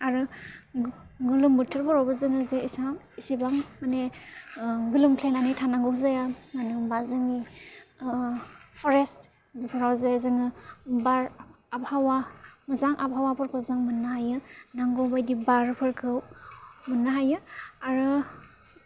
आरो गोलोम बोथोरफोरावबो जोङो जे एसेबां माने ओं गोलोमख्लायनानै थानांगौ जाया मानो होनबा जोंनि फरेष्ट बिफोरा जे जोङो बार आबहावा मोजां आबहावाफोरखौ जों मोननो हायो नांगौबायदि बारफोरखौ मोननो हायो आरो